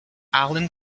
alan